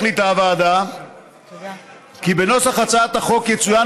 החליטה הוועדה כי בנוסח הצעת החוק יצוין